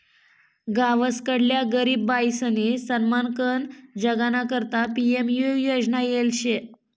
गावसकडल्या गरीब बायीसनी सन्मानकन जगाना करता पी.एम.यु योजना येल शे